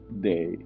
day